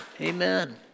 Amen